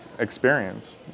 experience